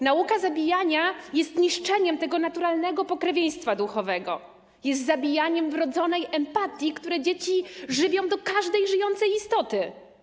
Nauka zabijania jest niszczeniem tego naturalnego pokrewieństwa duchowego, jest zabijaniem wrodzonej empatii, którą dzieci żywią do każdej żyjącej istoty.